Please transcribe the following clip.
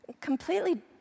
completely